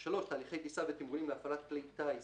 (3) תהליכי טיסה ותמרונים להפעלת כלי טיס